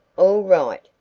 all right,